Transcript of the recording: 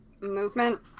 movement